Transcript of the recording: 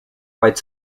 white